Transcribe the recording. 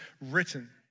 written